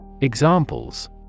Examples